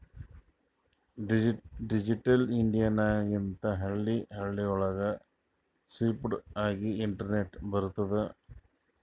digital India ಲಿಂತೆ ಹಳ್ಳಿ ಹಳ್ಳಿಗೂ ಸ್ಪೀಡ್ ಆಗಿ ಇಂಟರ್ನೆಟ್ ಬರ್ತುದ್